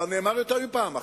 דבר שנאמר כבר יותר מפעם אחת.